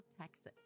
Texas